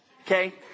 Okay